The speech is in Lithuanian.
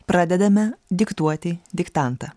pradedame diktuoti diktantą